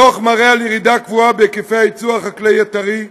הדוח מראה ירידה קבועה בהיקף היצוא החקלאי הטרי,